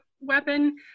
weapon